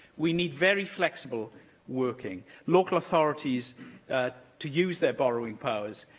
we need very flexible working local authorities to use their borrowing powers,